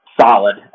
solid